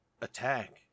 attack